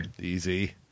Easy